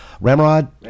Ramrod